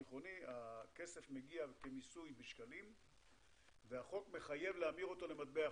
הכסף מגיע כמיסוי בשקלים והחוק מחייב להמיר אותו למטבע חוץ.